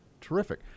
terrific